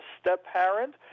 step-parent